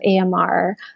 AMR